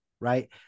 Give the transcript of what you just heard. right